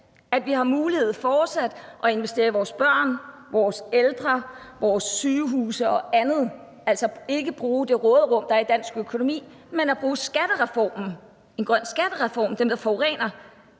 fortsat har mulighed for at investere i vores børn, vores ældre, vores sygehuse og andet, altså ikke bruge det råderum, der er i dansk økonomi, men bruge en grøn skattereform, hvor den, der forurener,